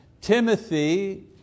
Timothy